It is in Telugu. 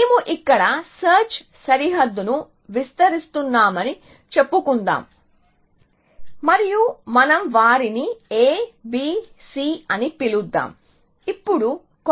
మేము ఇక్కడ సెర్చ్ సరిహద్దును విస్తరిస్తున్నామని చెప్పుకుందాం మరియు మనం వారిని a b c అని పిలుద్దాం